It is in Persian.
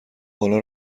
بالا